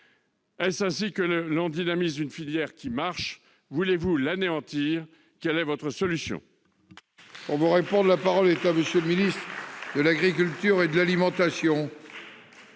Est-ce ainsi que l'on dynamise une filière qui fonctionne ? Voulez-vous l'anéantir ? Quelle est votre solution ?